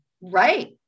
Right